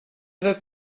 veut